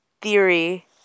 theory